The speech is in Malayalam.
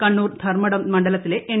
കണ്ണൂർ ധർമ്മടം മണ്ഡലത്തിലെ എൻ